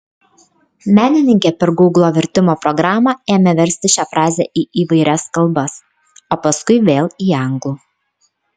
menininkė per gūglo vertimo programą ėmė versti šią frazę į įvairias kalbas o paskui vėl į anglų